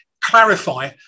clarify